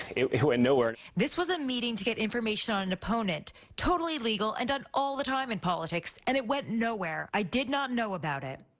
it it went nowhere. this was a meeting to get information on an opponent, totally legal and done all the time in politics, and it went nowhere. i did not know about it.